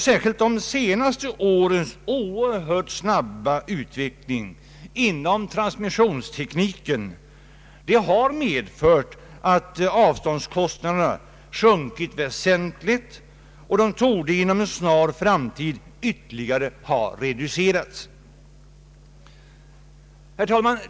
Särskilt de senaste årens oerhört snabba utveckling inom transmissionstekniken har medfört att avståndskostnaderna sjunkit väsentligt, och de torde inom en snar framtid ha reducerats ytterligare.